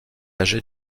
âgé